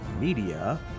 media